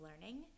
learning